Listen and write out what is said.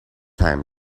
time